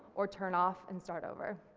or turn off and start over.